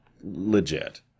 Legit